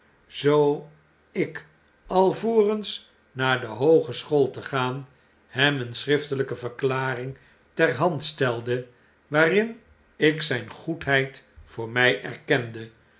zoo ik alvorens naar de hoogeschool te gaan hem een schriftelijke verklaring ter hand stelde waarin ik zijn goedheid voor my erkende